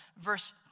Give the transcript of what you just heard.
verse